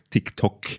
TikTok